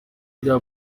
rya